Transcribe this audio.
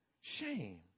shame